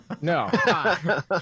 No